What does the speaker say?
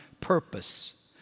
purpose